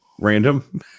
random